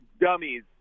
Dummies